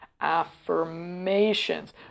affirmations